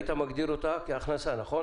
היית מגדיר אותה כהכנסה, נכון?